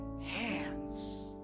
hands